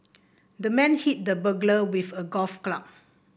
the man hit the burglar with a golf club